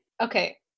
Okay